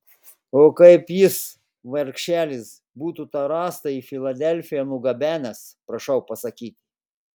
o kaip jis vargšelis būtų tą rąstą į filadelfiją nugabenęs prašau pasakyti